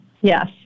Yes